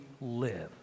live